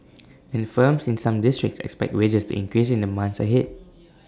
and firms in some districts expect wages to increase in the months ahead